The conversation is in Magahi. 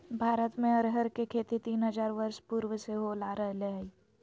भारत में अरहर के खेती तीन हजार वर्ष पूर्व से होल आ रहले हइ